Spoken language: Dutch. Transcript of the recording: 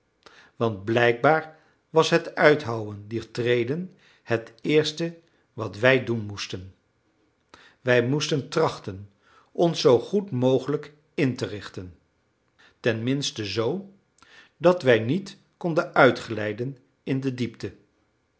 want blijkbaar was het uithouwen dier treden het eerst wat wij doen moesten wij moesten trachten ons zoo goed mogelijk in te richten tenminste zoo dat wij niet konden uitglijden in de diepte